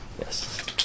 yes